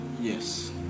Yes